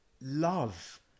love